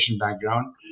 background